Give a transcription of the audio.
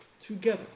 together